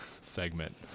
segment